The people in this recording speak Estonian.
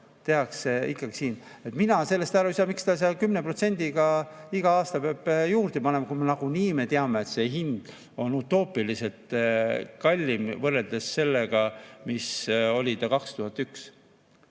tehakse ikkagi siin. Mina sellest aru ei saa, miks seal 10% iga aasta peab juurde panema, kui me nagunii teame, et see hind on utoopiliselt kallim võrreldes sellega, mis ta oli 2001.